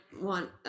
want